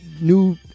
new